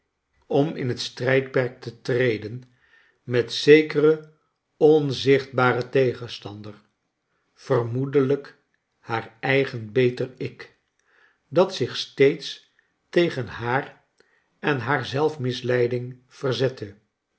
om in het strijdperk te treden met zekeren onzichtbaren tegenstander vermoedelijk haar eigen beter-ik dat zich steeds tegen haar en haar zelf mislei ding verzette